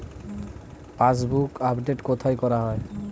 Passbook update কোথায় করা হয়?